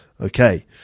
Okay